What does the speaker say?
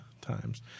times